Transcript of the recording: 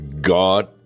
God